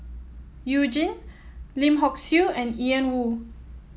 You Jin Lim Hock Siew and Ian Woo